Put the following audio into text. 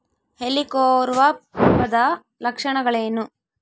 ಹೆಲಿಕೋವರ್ಪದ ಲಕ್ಷಣಗಳೇನು?